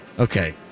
Okay